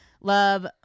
love